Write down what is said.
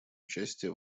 участие